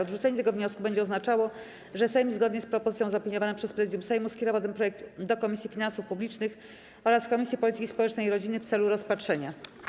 Odrzucenie tego wniosku będzie oznaczało, że Sejm, zgodnie z propozycją zaopiniowaną przez Prezydium Sejmu, skierował ten projekt do Komisji Finansów Publicznych oraz Komisji Polityki Społecznej i Rodziny w celu rozpatrzenia.